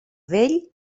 vell